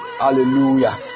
Hallelujah